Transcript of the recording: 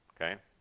Okay